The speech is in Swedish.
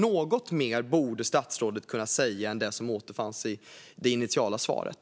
Något mer borde statsrådet kunna säga än det som återfanns i det initiala svaret.